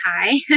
Hi